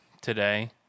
today